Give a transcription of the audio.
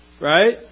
right